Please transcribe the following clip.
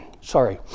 Sorry